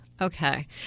Okay